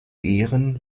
ehren